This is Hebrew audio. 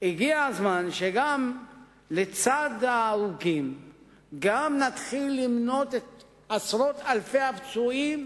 הגיע הזמן שלצד ההרוגים נתחיל למנות גם את עשרות אלפי הפצועים,